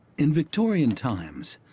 in victorian times,